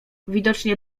widocznie